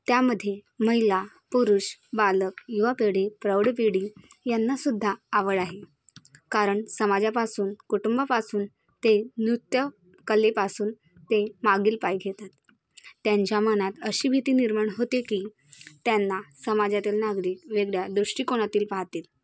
त्यामध्ये महिला पुरुष बालक युवा पिढी प्रौढ पिढी यांनासुद्धा आवड आहे कारण समाजापासून कुटुंबापासून ते नृत्य कलेपासून ते मागील पाय घेतात त्यांच्या मनात अशी भीती निर्माण होते की त्यांना समाजातील नागरिक वेगळ्या दृष्टिकोनातील पाहातील